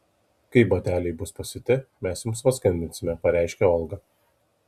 kai bateliai bus pasiūti mes jums paskambinsime pareiškė olga